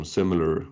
similar